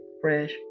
fresh